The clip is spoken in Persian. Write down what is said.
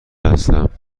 هستم